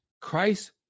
Christ